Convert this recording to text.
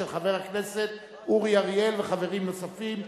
של חבר הכנסת אורי אריאל וחברים נוספים,